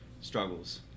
struggles